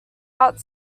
out